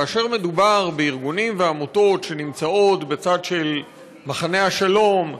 כאשר מדובר בארגונים ועמותות שנמצאים בצד של מחנה השלום,